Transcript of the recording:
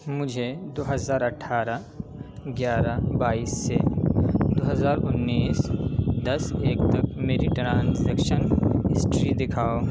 مجھے دو ہزار اٹھارہ گیارہ بائیس سے دو ہزار انیس دس ایک تک میری ٹرانزیکشن ہسٹری دکھاؤ